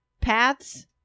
Paths